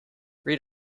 read